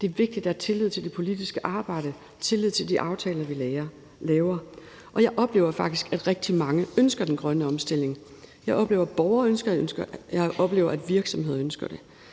Det er vigtigt, at der er tillid til det politiske arbejde, tillid til de aftaler, vi laver. Jeg oplever faktisk, at rigtig mange ønsker den grønne omstilling. Jeg oplever, at borgere ønsker det, jeg oplever, at virksomheder ønsker det.